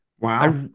Wow